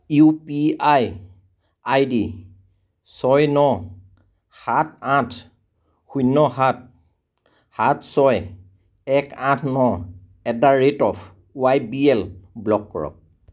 U P I I D ছয় ন সাত আঠ শূন্য সাত সাত ছয় এক আঠ ন at the rate of Y B L block কৰক